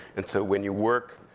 and so when you work,